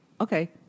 Okay